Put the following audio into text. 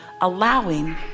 allowing